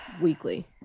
weekly